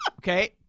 Okay